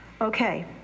Okay